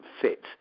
fit